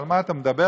על מה אתה מדבר?